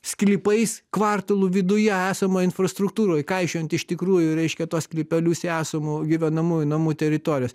sklypais kvartalų viduje esamoj infrastruktūroj kaišiojant iš tikrųjų reiškia tuos sklypelius į esamų gyvenamųjų namų teritorijas